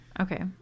Okay